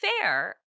fair